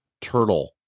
turtle